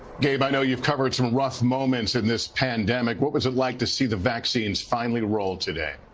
gabe, i know you covered some rough moments in this pandemic what was it like to see the vaccines finally roll today